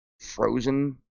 frozen